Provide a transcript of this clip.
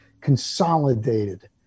consolidated